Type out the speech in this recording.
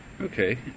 Okay